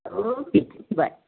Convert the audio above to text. okay ਜੀ bye